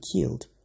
killed